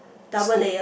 scoop